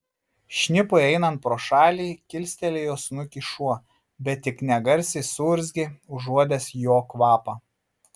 šnipui einant pro šalį kilstelėjo snukį šuo bet tik negarsiai suurzgė užuodęs jo kvapą